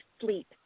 sleep